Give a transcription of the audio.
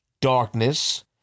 darkness